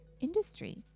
industry